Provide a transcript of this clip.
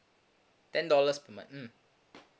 ten dollars per month mm